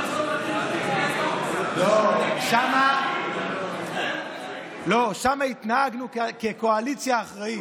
לא, שם התנהגנו כקואליציה אחראית.